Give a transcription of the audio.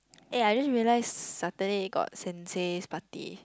eh I just realized Saturday got Sensei's party